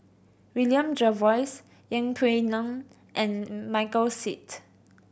William Jervois Yeng Pway Ngon and Michael Seet